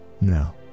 No